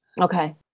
Okay